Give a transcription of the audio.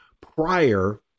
prior